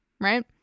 right